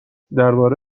درباره